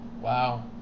Wow